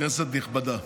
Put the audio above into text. כנסת נכבדה,